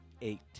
eight